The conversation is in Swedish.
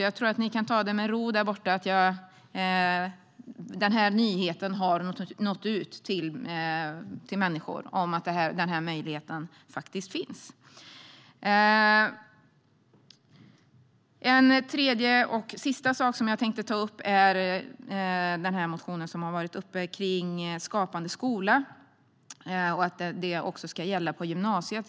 Jag tror att ni som sitter där borta i kammaren och som jag nu tittar på kan ta det med ro. Nyheten om att den här möjligheten finns har nått ut till människor. En tredje och sista sak som jag tänker ta upp är motionen om att Skapande skola ska gälla även på gymnasiet.